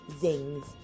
zings